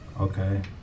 okay